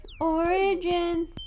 Origin